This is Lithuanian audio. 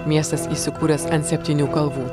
miestas įsikūręs ant septynių kalvų